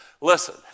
Listen